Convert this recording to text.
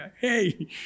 hey